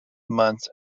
months